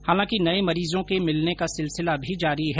हालांकि नये मरीजों के मिलने का सिलसिला भी जारी है